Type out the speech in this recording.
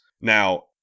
Now